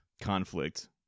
conflict